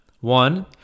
one